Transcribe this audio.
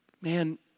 Man